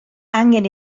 angen